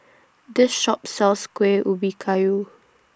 This Shop sells Kueh Ubi Kayu